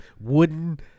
wooden